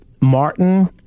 Martin